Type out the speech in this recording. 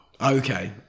Okay